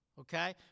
okay